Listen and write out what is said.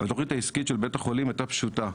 התכנית העסקית של בית החולים הייתה פשוטה,